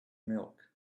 milk